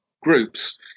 groups